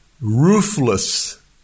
ruthless